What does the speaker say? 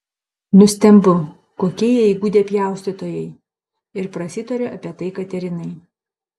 nustembu kokie jie įgudę pjaustytojai ir prasitariu apie tai katerinai